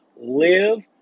live